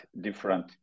different